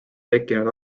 tekkinud